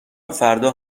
فردا